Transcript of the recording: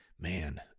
man